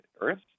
earth